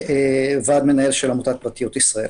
ו-וועד מנהל של עמותת פרטיות ישראל.